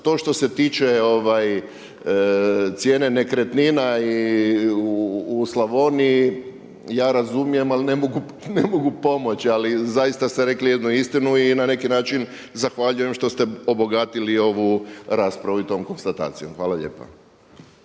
to što se tiče cijene nekretnina u Slavoniji, ja razumijem ali ne mogu pomoći, ali zaista ste rekli jednu istinu i na neki način zahvaljujem što ste obogatili ovu raspravu i tom konstatacijom. Hvala.